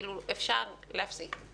אפשר להפסיק.